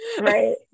right